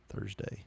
thursday